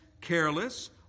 careless